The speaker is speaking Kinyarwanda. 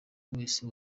wese